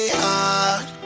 hard